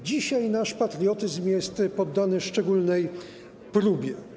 Dzisiaj nasz patriotyzm jest poddany szczególnej próbie.